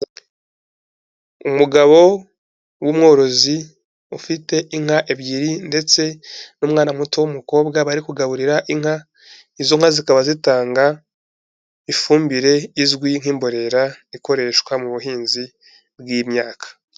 Umugabo w'umworozi ufite inka ebyiri, ndetse n'umwana muto w'umukobwa, bari kugaburira inka, izo nka zikaba zitanga ifumbire izwi nk'imborera ikoreshwa mu buhinzi bw'imyaka.